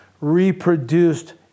reproduced